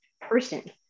person